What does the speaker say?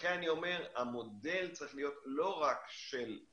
לכן אני אומר שהמודל צריך להיות לא רק אזורי,